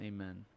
Amen